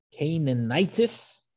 Canaanitis